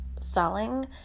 selling